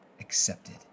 Accepted